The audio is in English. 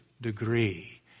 degree